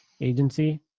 agency